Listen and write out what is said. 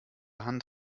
hand